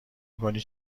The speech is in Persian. میکنی